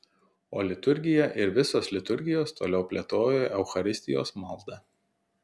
o liturgija ir visos liturgijos toliau plėtojo eucharistijos maldą